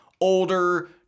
older